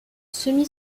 semi